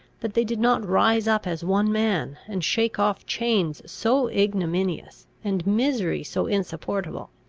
that they did not rise up as one man, and shake off chains so ignominious, and misery so insupportable.